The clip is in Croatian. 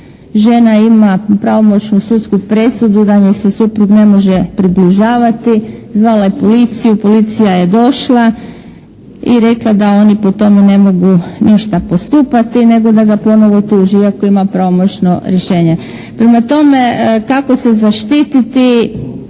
žena ima pravomoćnu sudsku presudu da joj se suprug ne može približavati. Zvala je policiju, policija je došla i rekla da oni po tome ne mogu ništa postupati, nego da ga ponovo tuži iako ima pravomoćno rješenje. Prema tome, kako se zaštititi